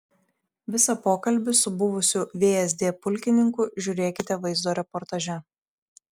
visą pokalbį su buvusiu vsd pulkininku žiūrėkite vaizdo reportaže